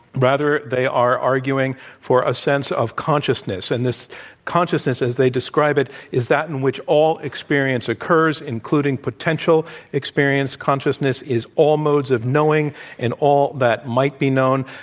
rather, they are arguing for a sense of consciousness. and this consciousness, as they describe it, is that in which all experience occurs, including potential experience. consciousness is all modes of knowing and all that might be known.